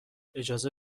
اجازه